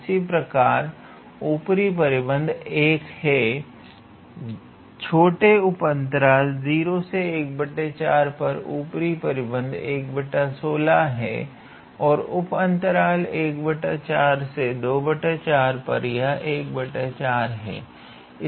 इसी प्रकार इस अंतराल पर ऊपरी परिबद्ध 1 है छोटे उप अंतराल 0 पर ऊपरी परिबद्ध है उप अंतराल पर यह है